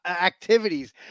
activities